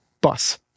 Bus